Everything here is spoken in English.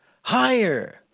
higher